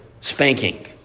spanking